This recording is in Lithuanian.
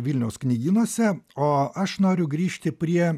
vilniaus knygynuose o aš noriu grįžti prie